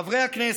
חברי הכנסת,